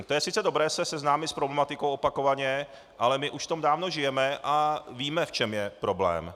Je sice dobré se seznámit s problematikou opakovaně, ale my už v tom dávno žijeme a víme, v čem je problém.